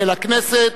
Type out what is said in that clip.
ולכנסת,